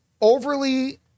overly